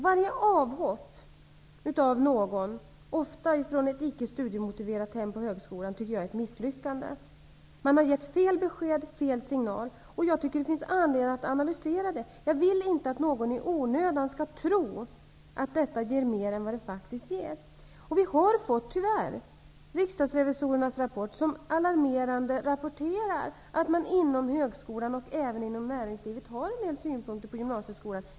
Varje avhopp från högskolan -- ofta av någon som inte kommer från ett icke studiemotiverat hem -- är ett misslyckande. Man har gett eleven fel besked och fel signal, och det finns anledning att analysera detta. Jag vill inte att någon i onödan skall tro att högskolan kan ge mer än vad den faktiskt ger. Vi har fått Riksdagsrevisorernas rapport, där de tyvärr alarmerande påpekar att man inom högskolan och även inom näringslivet har en del synpunkter på gymnasieskolan.